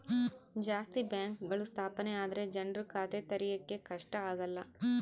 ಜಾಸ್ತಿ ಬ್ಯಾಂಕ್ಗಳು ಸ್ಥಾಪನೆ ಆದ್ರೆ ಜನ್ರು ಖಾತೆ ತೆರಿಯಕ್ಕೆ ಕಷ್ಟ ಆಗಲ್ಲ